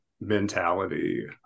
mentality